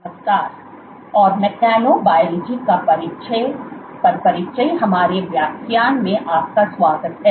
नमस्कार और मेकानोबायोलॉजी का परिचय पर परिचय हमारे व्याख्यान में आपका स्वागत है